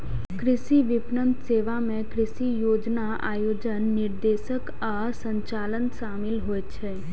कृषि विपणन सेवा मे कृषि योजना, आयोजन, निर्देशन आ संचालन शामिल होइ छै